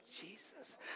Jesus